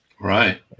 Right